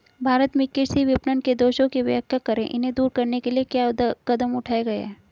भारत में कृषि विपणन के दोषों की व्याख्या करें इन्हें दूर करने के लिए क्या कदम उठाए गए हैं?